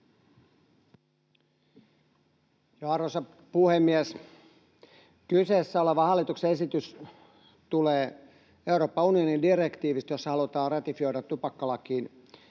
Arvoisa puhemies! Kyseessä oleva hallituksen esitys tulee Euroopan unionin direktiivistä, jossa halutaan ratifioida tupakkalakiin